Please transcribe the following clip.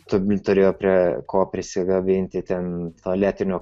turbūt turėjo prie ko prisikabinti ten tualetinio